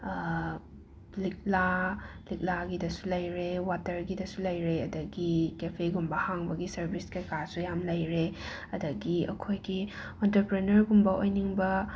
ꯂꯤꯛꯂꯥ ꯂꯤꯛꯂꯥꯒꯤꯗꯁꯨ ꯂꯩꯔꯦ ꯋꯥꯇꯔꯒꯤꯗꯁꯨ ꯂꯩꯔꯦ ꯑꯗꯒꯤ ꯀꯦꯐꯦꯒꯨꯝꯕ ꯍꯥꯡꯕꯒꯤ ꯁꯔꯕꯤꯁꯀꯩꯀꯥꯁꯨ ꯌꯥꯝꯅ ꯂꯩꯔꯦ ꯑꯗꯒꯤ ꯑꯩꯈꯣꯏꯒꯤ ꯑꯣꯟꯇꯔꯄ꯭ꯔꯅꯔꯒꯨꯝꯕ ꯑꯣꯏꯅꯤꯡꯕ